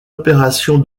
opération